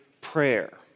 prayer